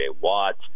Watts